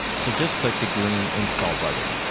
so just click the green install button.